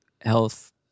health